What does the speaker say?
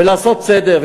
ולעשות סדר.